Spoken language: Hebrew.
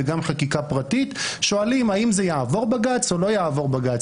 וגם חקיקה פרטית שואלים האם זה יעבור בג"ץ או לא יעבור בג"ץ?